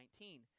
2019